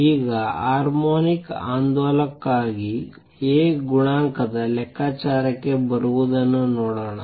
ಈಗ ಹಾರ್ಮೋನಿಕ್ ಆಂದೋಲಕಕ್ಕಾಗಿ A ಗುಣಾಂಕದ ಲೆಕ್ಕಾಚಾರಕ್ಕೆ ಬರುವುದನ್ನು ನೋಡೋಣ